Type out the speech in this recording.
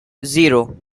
zero